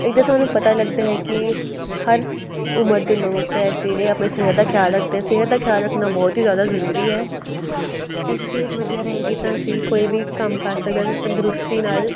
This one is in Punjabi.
ਇਹ ਹੀ ਤਾਂ ਸਾਨੂੰ ਪਤਾ ਲੱਗਦਾ ਹੈ ਕਿ ਹਰ ਉਮਰ ਦੇ ਲੋਕ ਹੈ ਜਿਹੜੇ ਆਪਣੀ ਸਿਹਤ ਦਾ ਖਿਆਲ ਰੱਖਦੇ ਸਿਹਤ ਦਾ ਖਿਆਲ ਰੱਖਣਾ ਬਹੁਤ ਹੀ ਜ਼ਿਆਦਾ ਜ਼ਰੂਰੀ ਹੈ ਕਿਉਂਕਿ ਸਿਹਤ ਵਧੀਆ ਰਹੇਗੀ ਤਾਂ ਅਸੀਂ ਕੋਈ ਵੀ ਕੰਮ ਕਰ ਸਕਦੇ ਅਤੇ ਤੰਦਰੁਸਤੀ ਨਾਲ